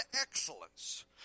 excellence